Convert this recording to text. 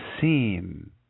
seem